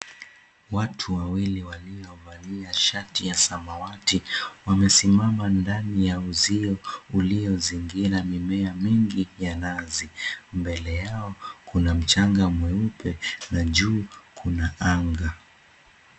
Watu wawili waliovalia shati ya samawati wamesimama ndani ya uzio uliozingira mimea mingi ya nazi, mbele yao kuna mchanga mweupe na ju kuna anga.